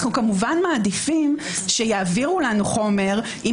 אנו כמובן מעדיפים שיעבירו לנו חומר עם